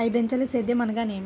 ఐదంచెల సేద్యం అనగా నేమి?